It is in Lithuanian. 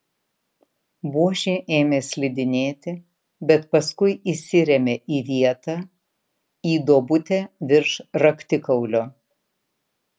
buožė ėmė slidinėti bet paskui įsirėmė į vietą į duobutę virš raktikaulio